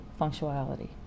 functionality